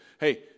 Hey